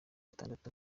atandatu